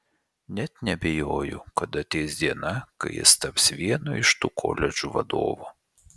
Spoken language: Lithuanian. net neabejoju kad ateis diena kai jis taps vieno iš tų koledžų vadovu